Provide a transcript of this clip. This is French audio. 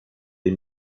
des